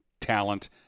talent